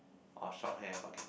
or short hair but can